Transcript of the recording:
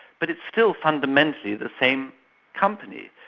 but it's still fundamentally the same company.